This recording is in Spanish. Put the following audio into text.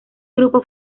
grupo